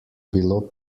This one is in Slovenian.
bilo